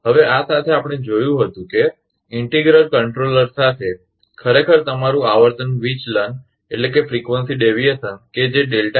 હવે આ સાથે આપણે જોયું હતું કે અભિન્ન નિયંત્રકઇન્ટિગ્રલ કંટ્રોલર સાથે ખરેખર તમારુ આવર્તન વિચલનફ્રિકવંસી ડેવીએશન કે જે શૂન્ય છે